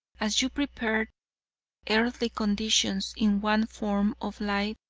as you prepare earthly conditions in one form of life,